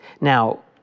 Now